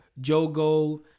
Jogo